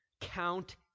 Count